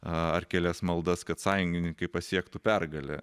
ar kelias maldas kad sąjungininkai pasiektų pergalę